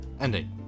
Ending